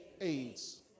AIDS